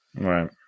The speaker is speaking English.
Right